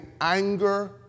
anger